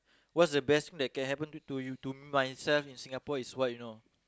what's the best that can happen to you to me myself in Singapore is what you know